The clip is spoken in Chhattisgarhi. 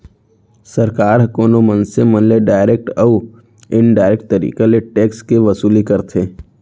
सरकार ह कोनो मनसे मन ले डारेक्ट अउ इनडारेक्ट तरीका ले टेक्स के वसूली करथे